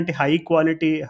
high-quality